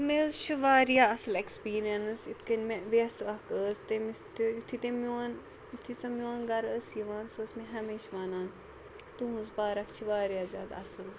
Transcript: مےٚ حظ چھِ واریاہ اَصٕل اٮ۪کٕسپیٖریَنٕس یِتھ کٔنۍ مےٚ وٮ۪س اَکھ ٲس تٔمِس تہِ یُتھُے تٔمۍ میون یُتھُے سُہ میون گَرٕ ٲسۍ یِوان سۄ ٲسۍ مےٚ ہمیشہٕ وَنان تُہٕنٛز پارَک چھِ واریاہ زیادٕ اَصٕل